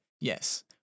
yes